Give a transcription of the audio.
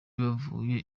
bavuye